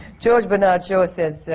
george bernard shaw says,